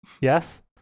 Yes